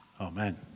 amen